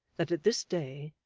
that at this day,